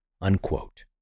unquote